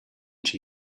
she